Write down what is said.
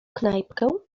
knajpkę